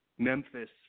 Memphis